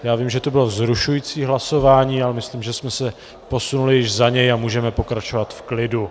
Já vím, že to bylo vzrušující hlasování, ale myslím, že jsme se posunuli již za něj a můžeme pokračovat v klidu.